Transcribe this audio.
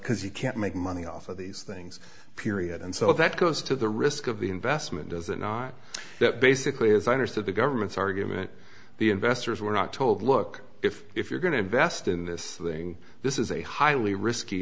because you can't make money off of these things period and so that goes to the risk of the investment does it not that basically as i understood the government's argument the investors were not told look if if you're going to invest in this thing this is a highly risky